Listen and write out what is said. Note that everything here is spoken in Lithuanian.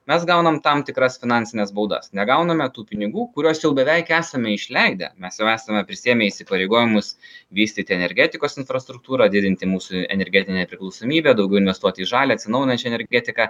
mes gaunam tam tikras finansines baudas negauname tų pinigų kuriuos jau beveik esame išleidę mes jau esame prisiėmę įsipareigojimus vystyti energetikos infrastruktūrą didinti mūsų energetinę nepriklausomybę daugiau investuoti į žalią atsinaujinančią energetiką